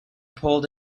pulled